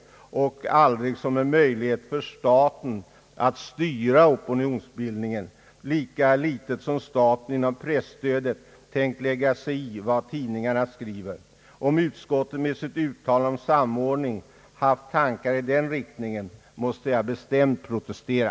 Den får lika litet ses som en möjlighet för staten att styra opinionsbildningen som presstödet när det gäller statens möjlighet att lägga sig i vad tidningarna skriver. Har utskottet med sitt uttalande om samordning haft tankar i den riktningen måste jag bestämt protestera.